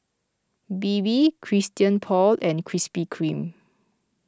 Bebe Christian Paul and Krispy Kreme